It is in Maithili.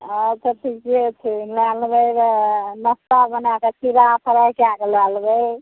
अच्छा ठिके छै लै लेबै वएह नाश्ता बनैके चुड़ा फ्राइ कै के लै लेबै